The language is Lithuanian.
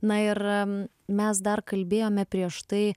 na ir mes dar kalbėjome prieš tai